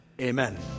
amen